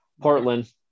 Portland